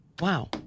Wow